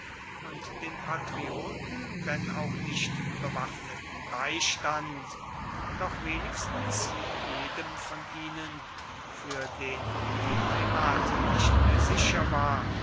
und den patrioten wenn auch nicht bewaffneten beistand doch mindestens jedem von ihnen für den die heimat nicht mehr sicher war